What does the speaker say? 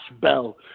Bell